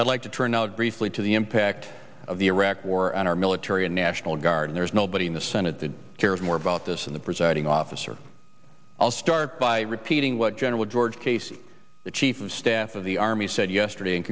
i'd like to turn out briefly to the impact of the iraq war on our military and national guard and there's nobody in the senate that cares more about this in the presiding officer i'll start by repeating what general george casey the chief of staff of the army said yesterday